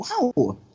wow